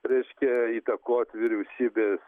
reiškia įtakot vyriausybės